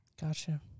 Gotcha